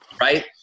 right